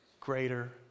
greater